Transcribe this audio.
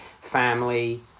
family